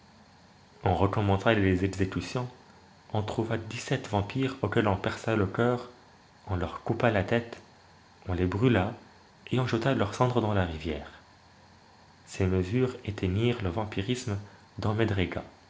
on recommença les exécutions on trouva dix-sept vampires auxquels on perça le coeur on leur coupa la tête on les brûla et on jeta leurs cendres dans la rivière ces mesures éteignirent le vampirisme dans